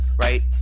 right